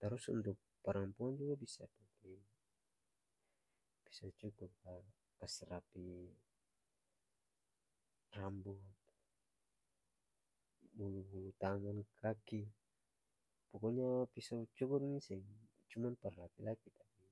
tarus untuk parampuang juga bisa pake piso cukur par kas rapi rambut, bulu-bulu tangan, kaki poko nya piso cukur ini seng cuman par laki-laki tapi.